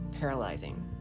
paralyzing